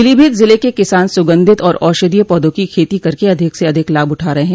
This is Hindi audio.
पीलीभीत जिले के किसान सुगंधित और औषधीय पौधों की खेती करके अधिक से अधिक लाभ उठा रहे है